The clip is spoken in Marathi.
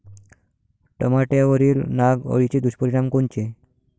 टमाट्यावरील नाग अळीचे दुष्परिणाम कोनचे?